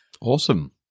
Awesome